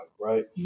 Right